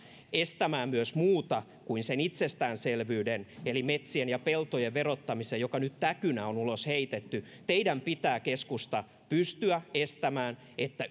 estämään myös muuta kuin sen itsestäänselvyyden eli metsien ja peltojen verottamisen joka nyt täkynä on ulos heitetty teidän pitää keskusta pystyä toimimaan niin että